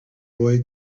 boy